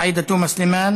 עאידה תומא סלימאן,